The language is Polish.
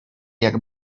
jak